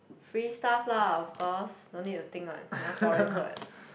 free stuff lah of course no need to think what Singaporeans what